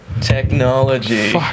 Technology